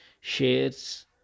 shares